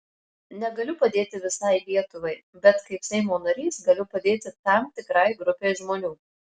negaliu padėti visai lietuvai bet kaip seimo narys galiu padėti tam tikrai grupei žmonių